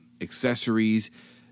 accessories